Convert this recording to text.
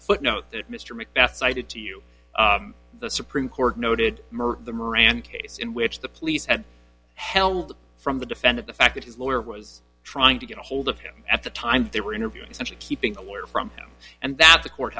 footnote that mr mcbeath cited to you the supreme court noted the moran case in which the police had held from the defendant the fact that his lawyer was trying to get a hold of him at the time they were interviewing such a keeping a lawyer from him and that the court